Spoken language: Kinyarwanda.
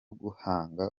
guhanga